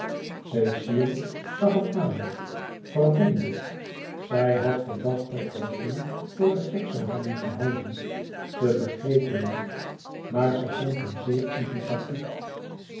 cecile zag hem aan verwonderd zij had gedacht dat hij jules voor den gek louis couperus extaze een boek van geluk zoû hebben gehouden ze begreep hem niet maar ze vond hem zeer antipathiek